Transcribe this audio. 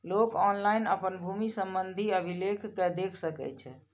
लोक ऑनलाइन अपन भूमि संबंधी अभिलेख कें देख सकै छै